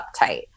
uptight